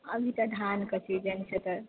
अभी तऽ धानके सीजन छै तऽ